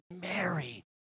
Mary